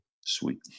Sweet